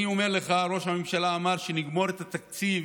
אני אומר לך, ראש הממשלה אמר שנגמור את התקציב